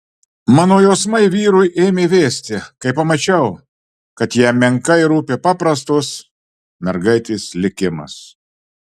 mano jausmai vyrui ėmė vėsti kai pamačiau kad jam menkai rūpi paprastos mergaitės likimas